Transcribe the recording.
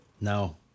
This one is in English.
No